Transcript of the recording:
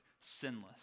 sinless